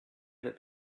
that